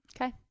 Okay